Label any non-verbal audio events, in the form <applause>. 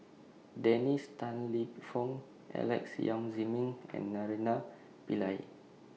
Dennis Tan Lip Fong Alex Yam Ziming <noise> and Naraina Pillai